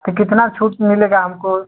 तो कितना छूट मिलेगा हमको